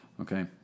Okay